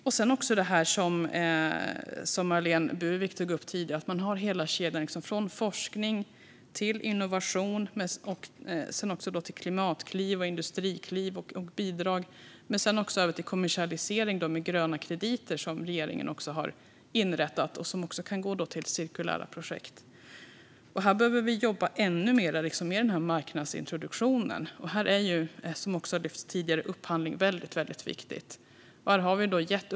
Marlene Burwick tog upp att man också ska ha med det i hela kedjan, från forskning till innovation, klimatkliv och industrikliv och bidrag men också över till kommersialisering med gröna krediter, som regeringen har inrättat och som kan gå till cirkulära projekt. Här behöver vi jobba ännu mer med marknadsintroduktionen. Då är upphandling väldigt viktigt, vilket också har lyfts upp tidigare.